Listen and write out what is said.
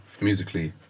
musically